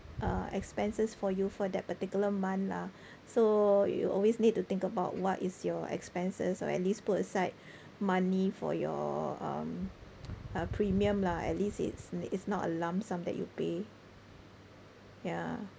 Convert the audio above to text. uh expenses for you for that particular month lah so you always need to think about what is your expenses or at least put aside money for your um uh premium lah at least it's it's not a lump sum that you pay ya